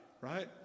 right